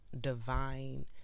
divine